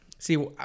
See